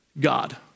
God